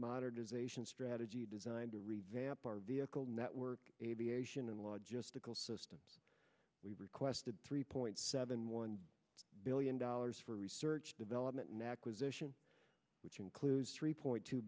modernization strategy designed to revamp our vehicle network aviation and law just the goal system we requested three point seven one billion dollars for research development nachas ition which includes three point two